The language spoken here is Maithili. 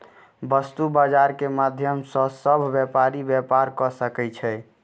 वस्तु बजार के माध्यम सॅ सभ व्यापारी व्यापार कय सकै छै